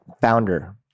founder